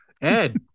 Ed